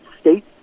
state